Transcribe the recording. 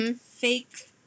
fake